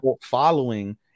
following